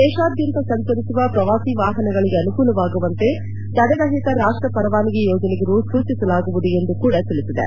ದೇಶಾದ್ಯಂತ ಸಂಚರಿಸುವ ಪ್ರವಾಸಿ ವಾಪನಗಳಿಗೆ ಅನುಕೂಲವಾಗುವಂತೆ ತಡೆರಟಿತ ರಾಷ್ಟ ಪರವಾನಗಿ ಯೋಜನೆಗೆ ಸೂಚಿಸಲಾಗುವುದು ಎಂದೂ ಕೂಡ ತಿಳಿಸಿದೆ